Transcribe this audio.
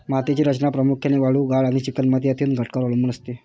मातीची रचना प्रामुख्याने वाळू, गाळ आणि चिकणमाती या तीन घटकांवर अवलंबून असते